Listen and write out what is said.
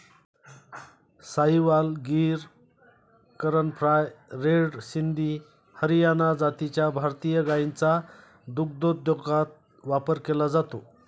Sahiwal, Gir, Karan fries, red Sindhi, Haryana जातीच्या भारतीय गायींचा दुग्धोद्योगात वापर केला जातो